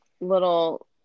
little